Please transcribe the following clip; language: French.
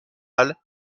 est